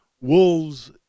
wolves